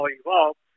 evolved